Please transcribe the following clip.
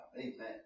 Amen